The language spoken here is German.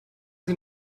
sie